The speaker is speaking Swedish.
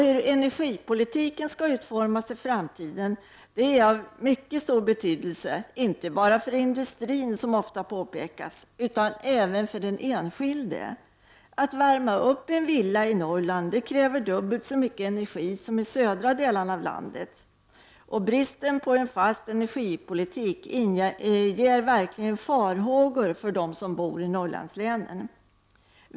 Hur energipolitiken skall utformas i framtiden är av mycket stor betydelse inte bara för industrin, vilket ofta påpekas, utan även för den enskilde. Att värma upp en villa i Norrland kräver dubbelt så mycket energi som att värma upp en villa i södra delarna av landet. Bristen på en fast energipolitik inger verkligen farhågor för dem som bor i Norrlandslänen.